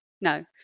No